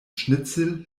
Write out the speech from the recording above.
schnitzel